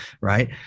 right